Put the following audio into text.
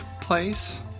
place